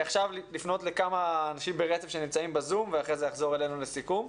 לפנות לכמה אנשים ברצף שנמצאים בזום ואחרי זה נחזור אלינו לסיכום.